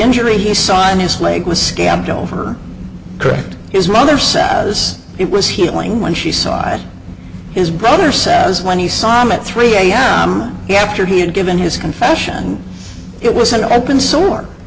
injury he saw in his leg was scabbed over correct his rather sad as it was healing when she saw his brother says when he saw him at three am after he had given his confession it was an open sore